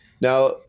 now